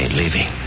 leaving